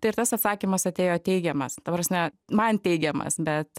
tai ir tas atsakymas atėjo teigiamas ta prasme man teigiamas bet